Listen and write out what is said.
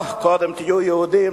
קודם תהיו יהודים,